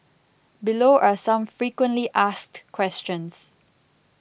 below are some frequently asked questions